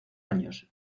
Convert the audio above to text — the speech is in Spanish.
años